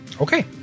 Okay